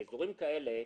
באזורים כאלה,